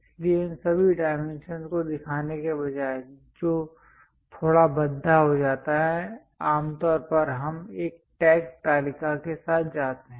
इसलिए इन सभी डाइमेंशंस को दिखाने के बजाय जो थोड़ा भद्दा हो जाता है आमतौर पर हम एक टैग तालिका के साथ जाते हैं